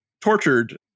tortured